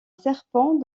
serpent